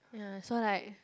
ya so like